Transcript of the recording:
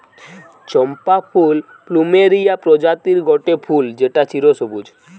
চম্পা ফুল প্লুমেরিয়া প্রজাতির গটে ফুল যেটা চিরসবুজ